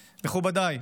מכובדיי,